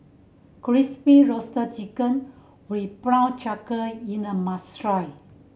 Crispy Roasted Chicken with prawn cracker must try